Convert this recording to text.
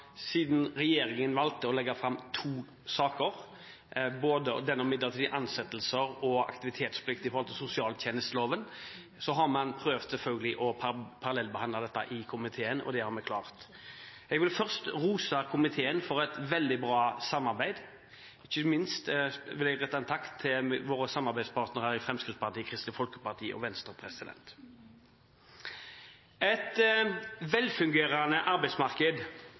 siden regjeringen valgte å legge fram to saker – den om midlertidige ansettelser og aktivitetsplikt i forhold til sosialtjenesteloven – å parallellbehandle dette i komiteen. Og det har vi klart. Jeg vil først rose komiteen for et veldig bra samarbeid. Ikke minst vil jeg rette en takk til våre samarbeidspartnere i Fremskrittspartiet, Kristelig Folkeparti og Venstre. Et velfungerende arbeidsmarked